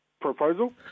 proposal